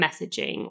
messaging